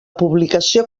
publicació